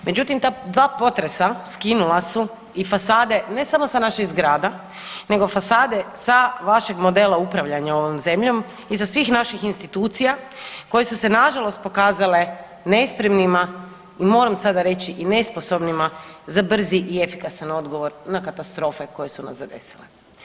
Međutim, ta dva potresa skinula su i fasade ne samo sa naših zgrada nego fasade sa vašeg modela upravljanja ovom zemljom i sa svih naših institucija koje su se nažalost pokazale nespremnima i moram sada reći i nesposobnima za brzi i efikasan odgovor na katastrofe koje su nas zadesile.